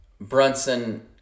Brunson